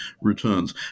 returns